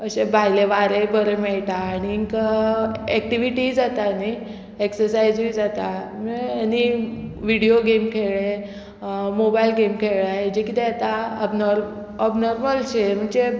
अशे भायले वारें बरें मेळटा आनीक एक्टिविटीय जाता न्ही एक्सरसायजूय जाता आनी विडियो गेम खेळ्ळे मोबायल गेम खेळ्ळे हेजे कितें येता अबनोर्म अबनोर्मल शे म्हणजे